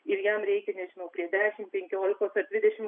ir jam reikia nežinau prie dešimt penkiolikos ar divdešimt